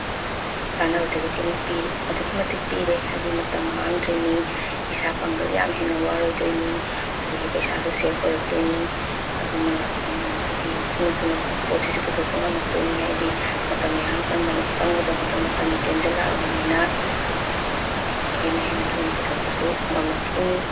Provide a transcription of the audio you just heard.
ꯀꯥꯟꯅꯕꯁꯦ ꯑꯗꯨꯛꯀꯤ ꯃꯇꯤꯛ ꯄꯤꯔꯦ ꯍꯥꯏꯗꯤ ꯃꯇꯝ ꯃꯥꯡꯗ꯭ꯔꯤꯅꯤ ꯏꯁꯥ ꯄꯥꯡꯒꯜ ꯌꯥꯝ ꯍꯦꯟꯅ ꯋꯥꯔꯣꯏꯗꯣꯏꯅꯤ ꯑꯗꯒꯤ ꯄꯩꯁꯥꯁꯨ ꯁꯦꯐ ꯑꯣꯏꯔꯛꯇꯣꯏꯅꯤ ꯑꯗꯨꯅ ꯍꯥꯏꯗꯤ ꯊꯨꯅ ꯊꯨꯅ ꯄꯣꯠ ꯆꯩꯁꯨ ꯄꯨꯊꯣꯛꯄ ꯉꯝꯃꯛꯇꯣꯏꯅꯤ ꯍꯥꯏꯗꯤ ꯃꯇꯝ ꯃꯌꯥꯝ ꯆꯪꯒꯗꯕꯗꯣ ꯃꯇꯝ ꯇꯦꯟꯁꯤꯜꯂꯛꯑꯕꯅꯤꯅ ꯍꯦꯟꯅ ꯍꯦꯟꯅ ꯊꯨꯅ ꯄꯨꯊꯣꯛꯄꯁꯨ ꯉꯝꯃꯛꯏꯅꯤ